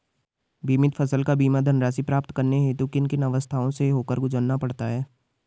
बीमित फसल का बीमा धनराशि प्राप्त करने हेतु किन किन अवस्थाओं से होकर गुजरना पड़ता है?